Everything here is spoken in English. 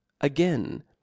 Again